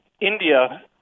India –